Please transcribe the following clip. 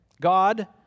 God